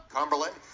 Cumberland